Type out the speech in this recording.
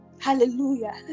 Hallelujah